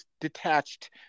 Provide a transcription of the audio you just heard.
detached